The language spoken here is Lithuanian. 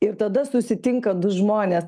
ir tada susitinka du žmonės